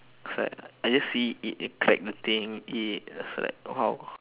it's like I just see it crack the thing eat it it was like !wow!